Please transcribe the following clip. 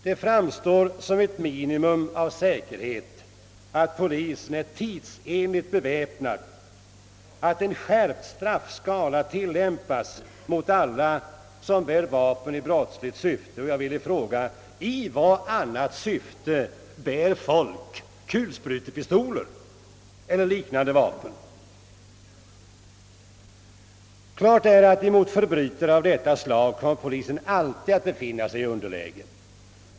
Det framstår som ett minimum av sär kerhet att polisen är tidsenligt beväpnad och att en skärpt straffskala tillämpas mot alla som bär vapen i brottsligt syfte. Och — vill jag fråga — i vad annat syfte bär folk kulsprutepistoler eller liknande vapen? Klart är att mot förbrytare av detta slag kommer polisen alltid att befinna sig i underläge.